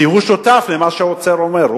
כי הוא שותף למה שהאוצר אומר,